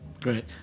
Great